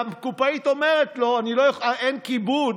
והקופאית אומרת לו: אין כיבוד